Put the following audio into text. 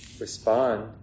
respond